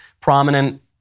prominent